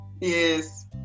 Yes